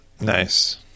nice